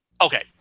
Okay